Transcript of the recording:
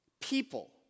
people